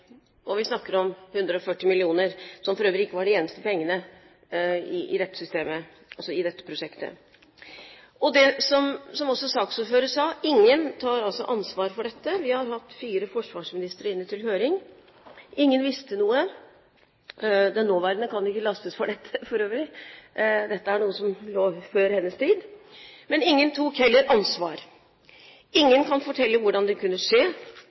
og vi snakker om 140 mill. kr, som for øvrig ikke var de eneste pengene i dette prosjektet. Som også saksordføreren sa: Ingen tar ansvar for dette. Vi har hatt fire forsvarsministre inne til høring. Ingen visste noe. Den nåværende kan ikke lastes for dette, for øvrig – dette er noe som foregikk før hennes tid. Men ingen tok heller ansvar. Ingen kan fortelle hvordan det kunne skje,